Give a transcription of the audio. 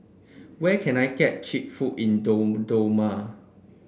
where can I get cheap food in Dodoma